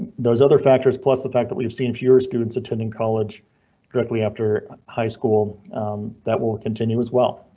those other factors. plus the fact that we've seen fewer students attending college directly after high school that will continue as well.